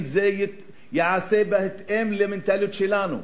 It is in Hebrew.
אם זה ייעשה בהתאם למנטליות שלנו.